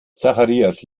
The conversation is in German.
zacharias